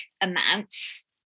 amounts